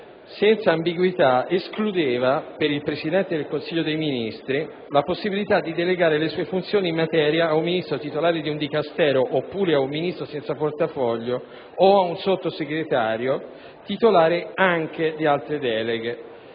senza ambiguità escludeva, per il Presidente del Consiglio dei ministri, la possibilità di delegare le sue funzioni in materia ad un Ministro titolare di un Dicastero oppure ad un Ministro senza portafoglio o ad un Sottosegretario titolare anche di altre deleghe.